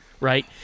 Right